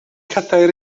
cadair